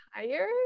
tired